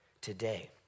Today